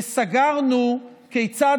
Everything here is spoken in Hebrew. וסגרנו כיצד